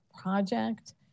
project